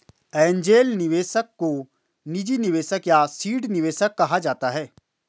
angel निवेशक को निजी निवेशक या सीड निवेशक कहा जाता है